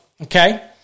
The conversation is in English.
okay